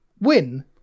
win